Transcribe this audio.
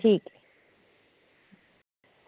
ठीक ऐ